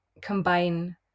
combine